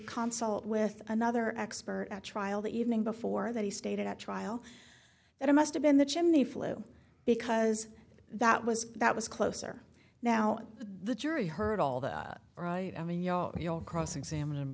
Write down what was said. console with another expert at trial the evening before that he stated at trial that it must have been the chimney flue because that was that was closer now the jury heard all that right i mean your your cross examin